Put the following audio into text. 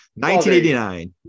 1989